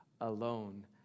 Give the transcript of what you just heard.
alone